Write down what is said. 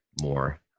more